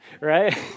right